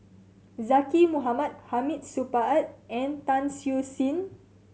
Zaqy Mohamad Hamid Supaat and Tan Siew Sin